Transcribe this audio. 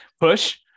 push